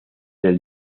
del